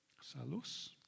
salus